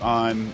on